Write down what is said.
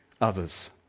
others